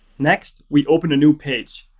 next, we open a new page.